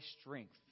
strength